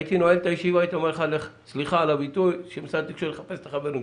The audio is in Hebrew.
הייתי נועל את הישיבה והייתי אומר לך שמשרד התקשורת יחפש את החברים שלו,